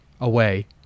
away